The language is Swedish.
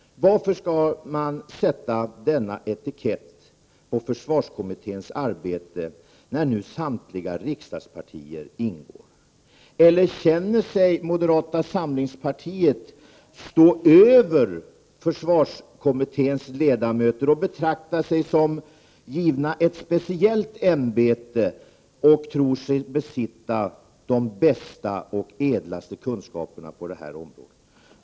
Varför skall man sätta denna etikett på försvarskommittén, där samtliga riksdagspartier ingår? Eller känner sig moderata samlingspartiet stå över försvarskommitténs ledamöter och betraktar sig som givna ett speciellt ämbete och tror sig besitta de bästa och ädlaste kunskaperna på det här området?